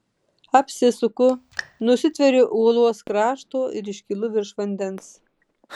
apsisuku nusitveriu uolos krašto ir iškylu virš vandens